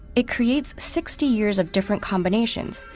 it creates sixty years of different combinations,